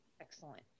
Excellent